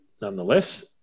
nonetheless